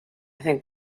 think